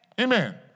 Amen